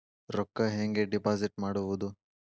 ರೊಕ್ಕ ಹೆಂಗೆ ಡಿಪಾಸಿಟ್ ಮಾಡುವುದು?